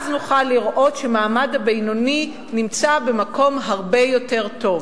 נוכל לראות שהמעמד הבינוני נמצא במקום הרבה יותר טוב.